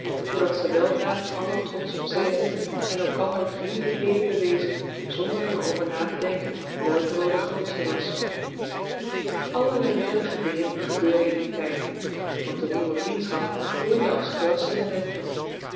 zoodat ze weldra allen trots op zij zetten en elkander vriendelijkheden bewezen zonder er over na te denken welke wel de grootste was allerlei prettige dingen gebeurden in dien tijd want de nieuwe vriendschap groeide als gras in de lente